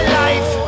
life